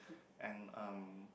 and um